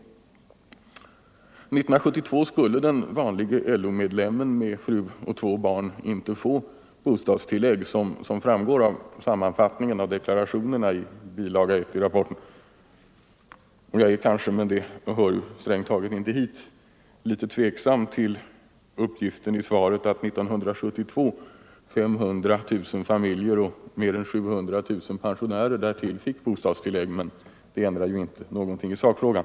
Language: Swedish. År 1972 skulle den vanlige LO-medlemmen med fru och två barn inte få bostadstillägg, som framgår av sammanfattningen av deklarationerna i bilaga 1 till rapporten. Jag är kanske, men det hör strängt taget inte hit, litet tveksam till uppgiften i svaret att 500 000 familjer och mer än 700 000 pensionärer därtill fick bostadstillägg år 1972, men det ändrar inte något i sakfrågan.